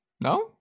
no